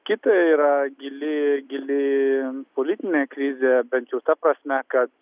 kita yra gili gili politinė krizė bent jau ta prasme kad